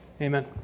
Amen